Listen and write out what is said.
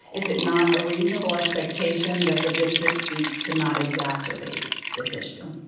is it not a reasonable expectation that the district seeks to not exacerbate this issue?